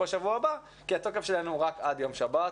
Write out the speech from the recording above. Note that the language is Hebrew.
בשבוע הבא כי התוקף שלהן הוא רק עד יום שבת.